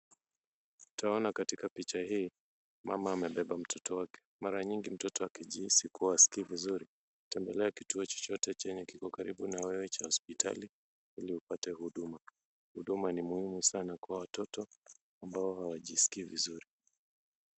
Twaona katika picha hii mama amebeba mtoto wake ,mara nyingi mtoto akjihisi kuwa hajisikii vizuri tembelea kituo chochote chenye kiko karibu na wewe cha hospitali ili upate huduma, huduma ni muhimu sana kwa watoto ambao hawajisikii vizuri.